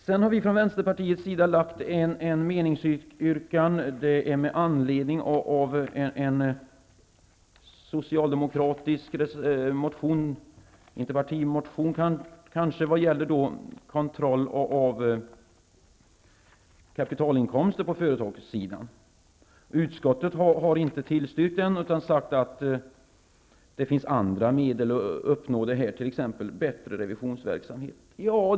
Sedan har vi från Vänsterpartiet avgett en meningsytttring med anledning av en socialdemokratisk motion vad gäller kontroll av kapitalinkomster inom företagssektorn. Utskottet har inte tillstrykt den, utan menar att det finns andra medel för att uppnå detta, t.ex. bättre revisionsverksamhet.